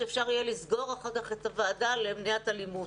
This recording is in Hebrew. שאפשר יהיה לסגור אחר כך את הוועדה למניעת אלימות.